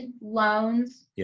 loans